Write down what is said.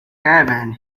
caravan